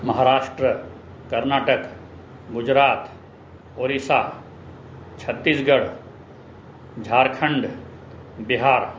Maharashtra Karnataka Gujarat Odisha Chhattisgarh Jharkhand Bihar